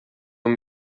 uma